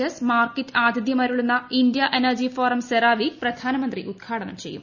S Markit ആതിഥ്യമരുളുന്ന India energy forum CERAWeek പ്രധാനമന്ത്രി ഉദ്ഘാടനം ചെയ്യും